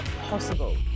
possible